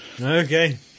Okay